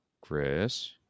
Chris